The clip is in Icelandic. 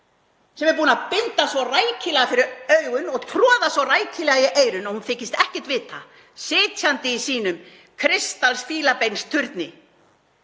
sem er búin að binda svo rækilega fyrir augun og troða svo rækilega í eyrun að hún þykist ekkert vita sitjandi í sínum kristalsfílabeinsturni